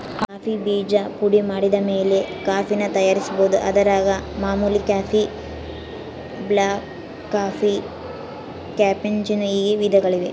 coffee ಬೀಜ ಪುಡಿಮಾಡಿದಮೇಲೆ ಕಾಫಿನ ತಯಾರಿಸ್ಬೋದು, ಅದರಾಗ ಮಾಮೂಲಿ ಕಾಫಿ, ಬ್ಲಾಕ್ಕಾಫಿ, ಕ್ಯಾಪೆಚ್ಚಿನೋ ಹೀಗೆ ವಿಧಗಳಿವೆ